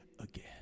again